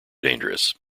dangerous